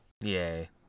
Yay